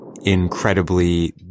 incredibly